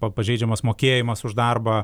pa pažeidžiamas mokėjimas už darbą